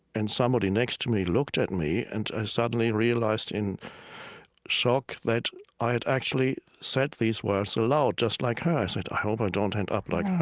and somebody next to me looked at me, and i suddenly realized in shock that i had actually said these words aloud, just like her. i said, i hope i don't end up like